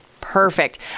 Perfect